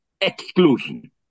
exclusion